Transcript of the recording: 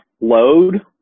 load